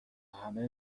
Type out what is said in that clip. همه